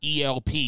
elp